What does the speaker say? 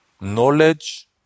knowledge